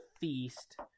feast